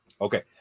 okay